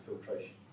filtration